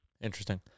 Interesting